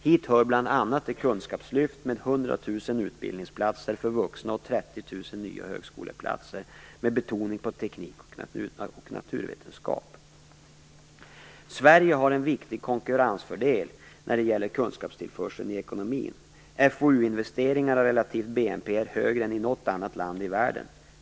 Hit hör bl.a. det s.k. kunskapslyftet med 100 000 utbildningsplatser för vuxna och 30 000 nya högskoleplatser med betoning på teknik och naturvetenskap. Sverige har en viktig konkurrensfördel när det gäller kunskapstillförsel i ekonomin. FoU investeringar i relation till BNP är högre än i något annat land i världen.